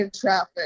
traffic